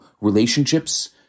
relationships